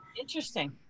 Interesting